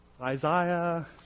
Isaiah